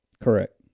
Correct